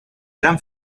gran